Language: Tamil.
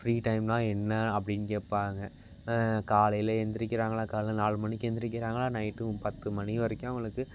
ஃப்ரீ டைம்னால் என்ன அப்படின்னு கேட்பாங்க காலையில் எழுந்திரிக்கிறாங்களா காலையில் நாலு மணிக்கு எழுந்திரிக்கிறாங்களா நைட்டு பத்து மணி வரைக்கும் அவங்களுக்கு